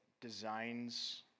designs